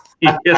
Yes